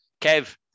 Kev